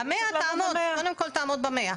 ב-100 תעמוד, קודם כל תעמוד ב-100.